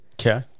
Okay